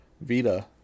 Vita